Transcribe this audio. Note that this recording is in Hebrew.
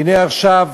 והנה עכשיו